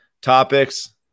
topics